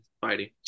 fighting